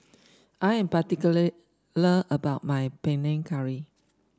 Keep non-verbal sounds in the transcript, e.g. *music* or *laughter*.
I am particular *unintelligible* about my Panang Curry